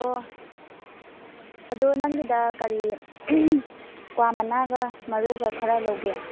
ꯑꯣ ꯑꯗꯣ ꯅꯪꯒꯤꯗ ꯀꯔꯤ ꯀ꯭ꯋꯥ ꯃꯅꯥꯒ ꯃꯔꯨꯒ ꯈꯔ ꯂꯧꯒꯦ